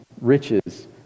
riches